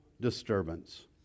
disturbance